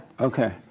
Okay